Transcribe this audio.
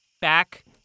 back